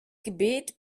gebet